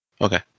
Okay